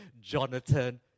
Jonathan